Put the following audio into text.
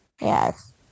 Yes